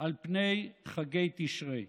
על פני חגי תשרי.